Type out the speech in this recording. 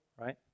right